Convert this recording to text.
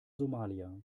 somalia